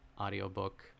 audiobook